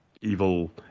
evil